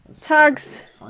Tags